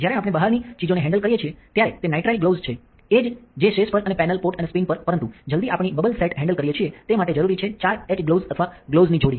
જ્યારે આપણે બહારની ચીજોને હેન્ડલ કરીએ છીએ ત્યારે તે નાઇટ્રાઇલ ગ્લોવ્સ છે એજ જે સેશ પર અને પેનલ પોટ અને સ્પિન પર પરંતુ જલદી આપણે બબલ સેટ હેન્ડલ કરીએ છીએ તે માટે જરુરી છે 4 એચ ગ્લોવ્સ અથવા ગ્લોવ્સ ની જોડી